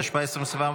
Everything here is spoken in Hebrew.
התשפ"ה 2024,